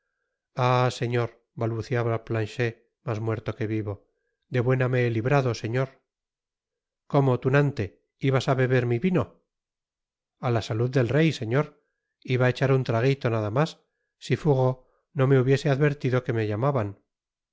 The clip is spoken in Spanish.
señor balbuceaba planchet mas muerto que vivo de buena me he librado sefloh cómo tunante ibas á beber mi vino a la salud del rey señor iba á echar un traguito nada mas si fourreau'no me hubiese advertido que me llamaban